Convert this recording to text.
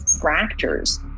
fractures